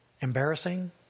embarrassing